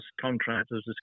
contractors